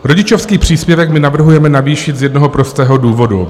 Rodičovský příspěvek navrhujeme navýšit z jednoho prostého důvodu.